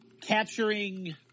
capturing